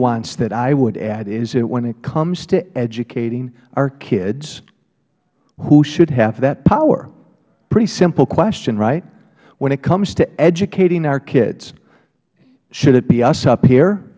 e that i would add is that when it comes to educating our kids who should have that power pretty simple question right when it comes to educating our kids should it be us up